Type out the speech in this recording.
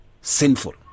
sinful